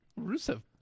Rusev